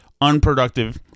unproductive